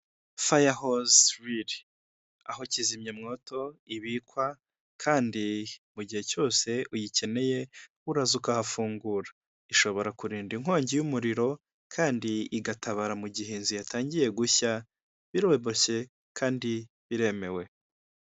Nta muntu utagira inzozi zo kuba mu nzu nziza kandi yubatse neza iyo nzu iri mu mujyi wa kigali uyishaka ni igihumbi kimwe cy'idolari gusa wishyura buri kwezi maze nawe ukibera ahantu heza hatekanye.